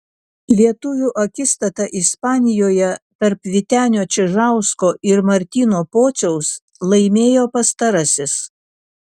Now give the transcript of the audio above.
lietuvių akistatą ispanijoje tarp vytenio čižausko ir martyno pociaus laimėjo pastarasis